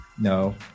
No